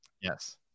yes